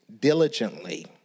diligently